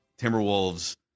Timberwolves